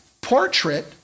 portrait